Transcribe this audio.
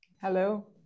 Hello